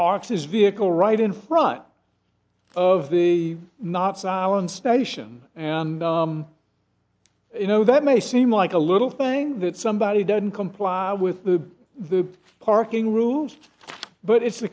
parked his vehicle right in front of the not silent station and you know that may seem like a little thing that somebody doesn't comply with the the parking rules thing but it's